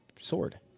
sword